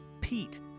pete